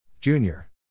Junior